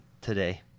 today